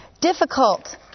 Difficult